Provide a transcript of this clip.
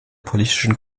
politischen